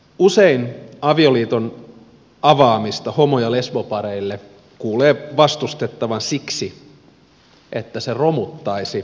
usein avioliiton avaamista homo ja lesbopareille kuulee vastustettavan siksi että se romuttaisi avioliittoinstituution